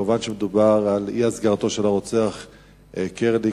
כמובן, מדובר על אי-הסגרתו של הרוצח קרליק.